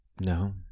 No